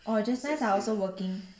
oh just nice I also working